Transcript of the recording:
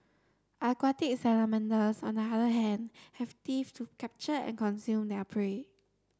aquatic salamanders on the other hand have teeth to capture and consume their prey